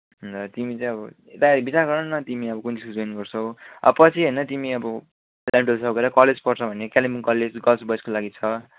तिमी चाहिँ यता विचार गरन तिमी कुन स्कुल जइन गर्छौ पछि होइन तिमी अब कलेज पढ्छौ भने कालिम्पोङ कलेज गर्लस बयजको लागि छ